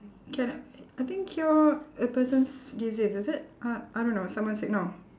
cannot I think cure a person's disease is it uh I don't know someone said no